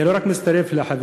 אני לא רק מצטרף לחברים,